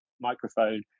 microphone